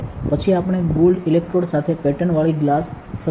પછી આપણે gold electrodes સાથે પેટર્નવાળી ગ્લાસ સબસ્ટ્રેટ જોયા